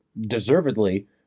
deservedly